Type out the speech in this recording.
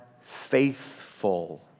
faithful